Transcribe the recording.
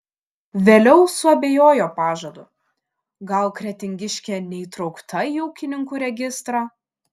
vėliau suabejojo pažadu gal kretingiškė neįtraukta į ūkininkų registrą